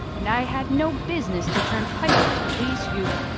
and i had no business to turn piper to please you.